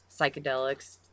psychedelics